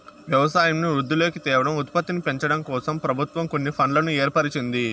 వ్యవసాయంను వృద్ధిలోకి తేవడం, ఉత్పత్తిని పెంచడంకోసం ప్రభుత్వం కొన్ని ఫండ్లను ఏర్పరిచింది